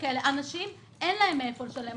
לאנשים אין מאיפה לשלם.